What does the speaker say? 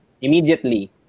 immediately